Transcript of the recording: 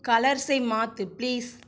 கலர்ஸை மாற்று பிளீஸ்